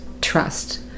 trust